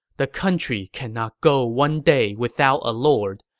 the country cannot go one day without a lord.